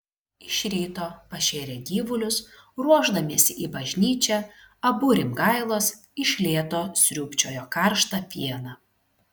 iš ryto pašėrę gyvulius ruošdamiesi į bažnyčią abu rimgailos iš lėto sriūbčiojo karštą pieną